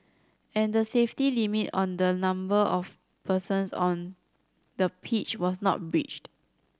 and the safety limit on the number of persons on the pitch was not breached